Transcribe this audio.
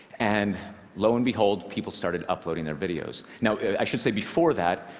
and lo and behold, people started uploading their videos. now i should say, before that,